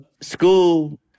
school